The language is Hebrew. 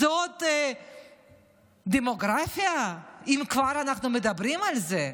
זה עוד דמוגרפיה, אם אנחנו כבר מדברים על זה.